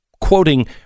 quoting